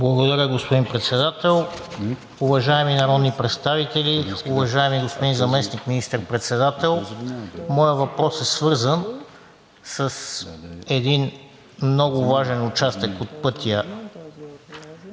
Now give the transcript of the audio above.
Благодаря, господин Председател. Уважаеми народни представители, уважаеми господин Заместник министър-председател! Моят въпрос е свързан с един много важен участък от пътя